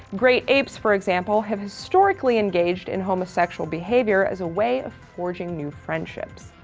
great apes, for example, have historically engaged in homosexual behavior as a way of forging new friendships.